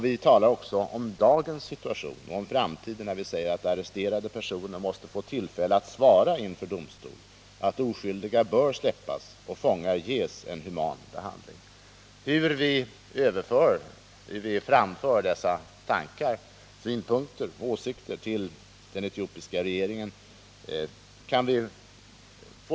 Vi talar även om dagens situation och om framtiden när vi säger att arresterade personer måste få tillfälle att svara inför domstol, att skyldiga bör släppas och att fångar skall ges en human behandling. Vi får överväga det lämpligaste sättet att framföra dessa synpunkter och åsikter till den etiopiska regeringen.